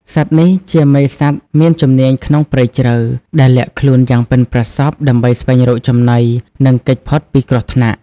សត្វនេះជាមេសត្វមានជំនាញក្នុងព្រៃជ្រៅ ដែលលាក់ខ្លួនយ៉ាងប៉ិនប្រសប់ដើម្បីស្វែងរកចំណី និងគេចផុតពីគ្រោះថ្នាក់។